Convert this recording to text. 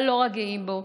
אבל לא רק גאים בו,